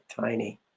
tiny